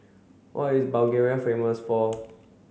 what is Bulgaria famous for